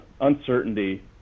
uncertainty